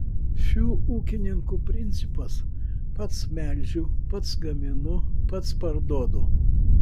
šių ūkininkų principas pats melžiu pats gaminu pats parduodu